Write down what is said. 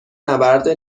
نبرد